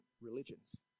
religions